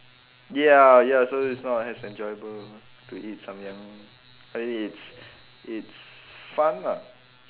ya ya so it's not as enjoyable to eat samyang but then it's it's fun lah